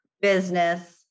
business